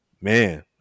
man